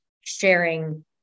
sharing